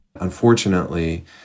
Unfortunately